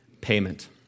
payment